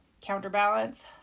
counterbalance